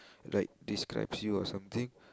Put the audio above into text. like describes you or something